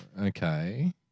Okay